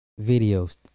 videos